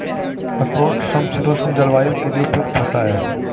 अखरोट समशीतोष्ण जलवायु के लिए उपयुक्त होता है